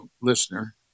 listener